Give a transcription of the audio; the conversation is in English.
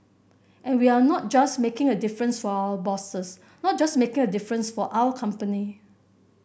and we are not just making a difference for our bosses not just making a difference for our company